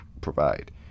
provide